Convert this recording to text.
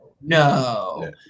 no